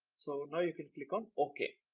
so now you can click on ok.